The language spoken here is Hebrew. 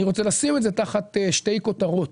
שתי כותרות